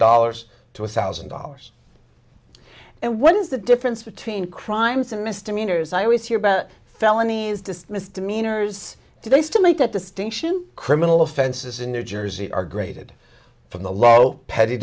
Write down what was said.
dollars to a thousand dollars and what is the difference between crimes and misdemeanors i always hear about felonies dismissed demeanors do they still make that distinction criminal offenses in new jersey are graded from the low petty